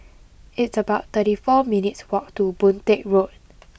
It's about thirty four minutes' walk to Boon Teck Road